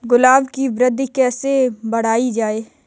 गुलाब की वृद्धि कैसे बढ़ाई जाए?